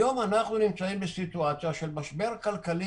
היום אנחנו נמצאים בסיטואציה של משבר כלכלי,